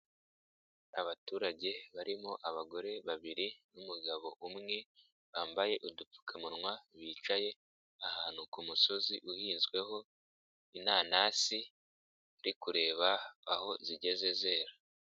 Abaturage barimo abagore babiri n'umugabo umwe bambaye udupfukamunwa bicaye ahantu ku musozi uhinzweho inanasiri, bari kureba aho zigeze zera.